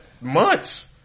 Months